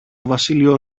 βασίλειο